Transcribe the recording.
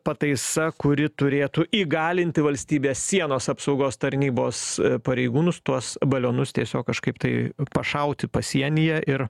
pataisa kuri turėtų įgalinti valstybės sienos apsaugos tarnybos pareigūnus tuos balionus tiesiog kažkaip tai pašauti pasienyje ir